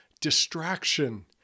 distraction